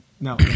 No